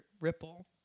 Ripple